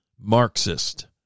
marxist